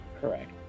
Correct